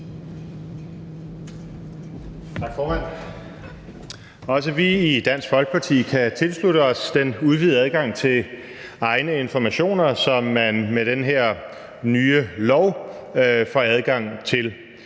Tak, formand. Også vi i Dansk Folkeparti kan tilslutte os den udvidede adgang til egne informationer, som man med den her nye lov får adgang til.